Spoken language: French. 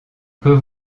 peut